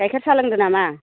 गायखेर साहा लोंदो नामा